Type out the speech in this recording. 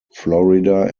florida